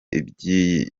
iby’iyi